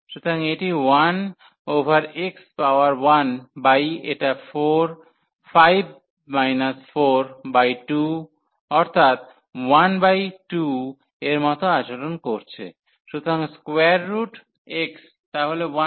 সুতরাং এটি 1 over x power 1 by এটা 4 5 বিয়োগ 4 বাই 2 অর্থাৎ 1 বাই 2 এর মতো আচরণ করছে সুতরাং স্কোয়ার রুট x তাহলে 1x